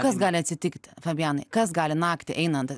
kas gali atsitikti fabianai kas gali naktį einant